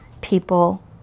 people